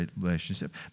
relationship